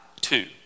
two